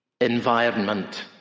environment